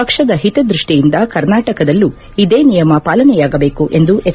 ಪಕ್ಷದ ಹಿತದೃಷ್ಟಿಯಿಂದ ಕರ್ನಾಟಕದಲ್ಲೂ ಇದೇ ನಿಯಮ ಪಾಲನೆಯಾಗಬೇಕು ಎಂದು ಎಚ್